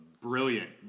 brilliant